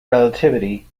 relativity